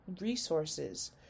resources